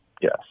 Yes